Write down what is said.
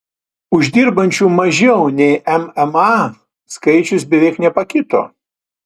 uždirbančių mažiau nei mma skaičius beveik nepakito